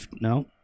No